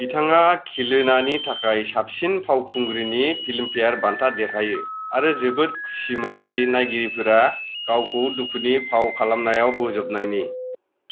बिथाङा खिलिनायनि थाखाय साबसिन फावखुंग्रिनि फिल्मफेयर बान्था देरहायो आरो जोबोद खुसिमोनदि नायगिरिफोरा गावखौ दुखुनि फाव खालामनायाव बोज'बनायनि